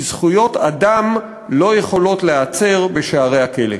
כי זכויות אדם לא יכולות להיעצר בשערי הכלא.